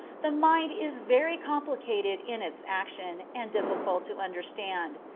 the mind is very complicated in its action, and difficult to understand.